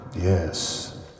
Yes